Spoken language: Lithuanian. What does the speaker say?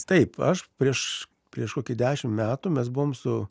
taip aš prieš prieš kokį dešimt metų mes buvom su